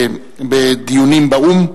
בדיונים באו"ם,